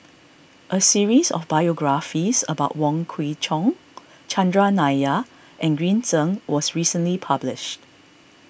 a series of biographies about Wong Kwei Cheong Chandran Nair and Green Zeng was recently published